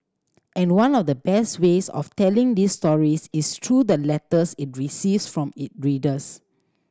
and one of the best ways of telling these stories is through the letters it receives from it readers